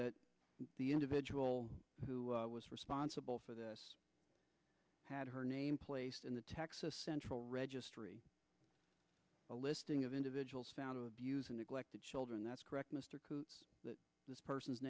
that the individual who was responsible for this had her name placed in the texas central registry a listing of individuals found of abuse and neglect to children that's correct mr coote that this person's